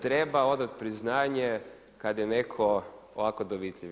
Treba odat priznanje kad je netko ovako dovitljiv.